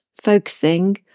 focusing